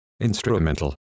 instrumental